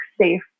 safe